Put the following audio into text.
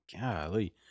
golly